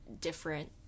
different